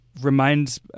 reminds